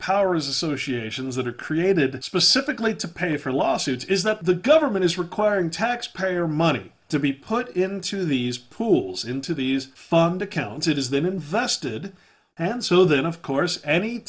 powers associations that are created specifically to pay for lawsuits is that the government is requiring taxpayer money to be put into these pools into these funded counted is then invested and so then of course any